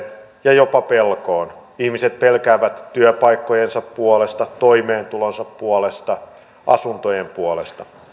ja jopa pelkoon ihmiset pelkäävät työpaikkojensa puolesta toimeentulonsa puolesta asuntojen puolesta